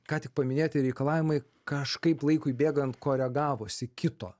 ką tik paminėti reikalavimai kažkaip laikui bėgant koregavosi kito